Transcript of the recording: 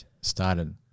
started